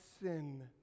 sin